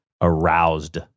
aroused